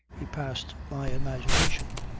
he passed my imagination,